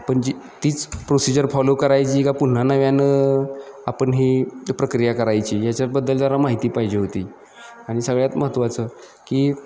आपण जी तीच प्रोसिजर फॉलो करायची का पुन्हा नव्यानं आपण ही प्रक्रिया करायची याच्याबद्दल जरा माहिती पाहिजे होती आणि सगळ्यात महत्वाचं की